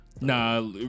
Nah